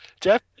Jeff